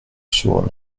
sur